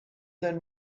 then